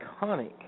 iconic